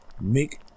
make